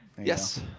Yes